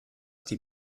die